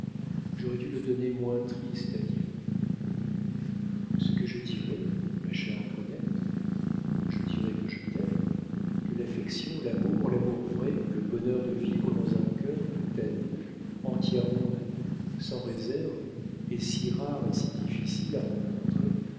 j'aurais dû le donner moins triste à dieu ce que je dirai ma chère antoinette je dirai que je t'aime que l'affection l'amour l'amour vrai le bonheur de vivre dans un cœur tout à nous entièrement à nous sans réserve est si rare et si difficile à rencontrer